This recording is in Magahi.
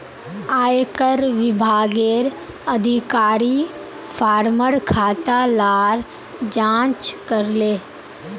आयेकर विभागेर अधिकारी फार्मर खाता लार जांच करले